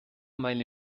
meine